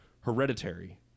Hereditary